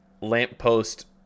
lamppost